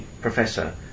professor